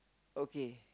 okay